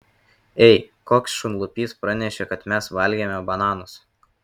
ei koks šunlupys pranešė kad mes valgėme bananus